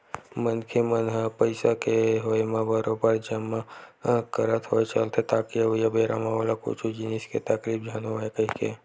मनखे मन ह पइसा के होय म बरोबर जमा करत होय चलथे ताकि अवइया बेरा म ओला कुछु जिनिस के तकलीफ झन होवय कहिके